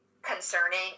Concerning